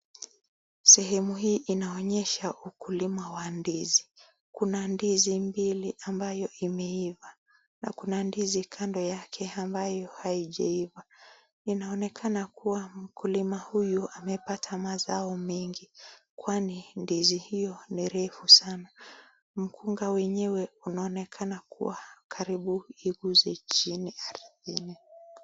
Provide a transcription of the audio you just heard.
Sehemu hii inaonyesha ukulima wa ndizi. Kuna ndizi mbili ambayo imeiva na kuna ndizi kando yake ambayo haijaiva. Inaonekana kuwa mkulima huyo amepata mazao mengi kwani ndizi hiyo ni refu sana. Mkunga wenyewe unaonekana kuwa karibu iguze chini ardhini.